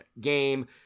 game